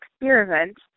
experiment